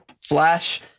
flash